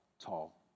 tall